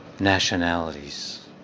nationalities